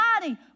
body